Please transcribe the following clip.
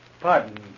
Pardon